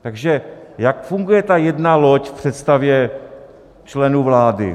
Takže jak funguje ta jedna loď v představě členů vlády?